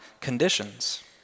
conditions